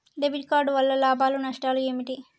Debit card వల్ల లాభాలు నష్టాలు ఏమిటి?